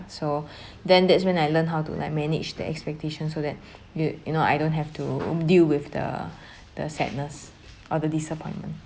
so then that's when I learned how to like manage the expectations so that you you know I don't have to deal with the the sadness or the disappointment